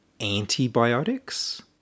antibiotics